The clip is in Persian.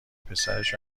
پسرش